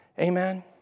Amen